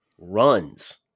runs